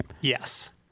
Yes